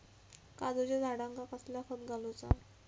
काजूच्या झाडांका कसला खत घालूचा?